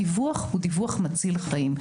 הדיווח הוא דיווח מציל חיים.